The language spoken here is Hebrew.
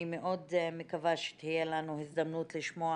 אני מאוד מקווה שתהיה לנו הזדמנות לשמוע